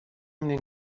mnie